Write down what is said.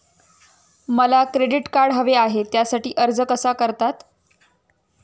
मला credit card हवे आहे त्यासाठी अर्ज कसा करतात?